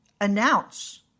announce